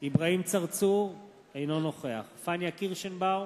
אברהים צרצור, אינו נוכח פניה קירשנבאום,